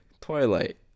Twilight